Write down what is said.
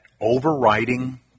overriding